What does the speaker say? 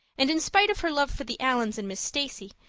and, in spite of her love for the allans and miss stacy,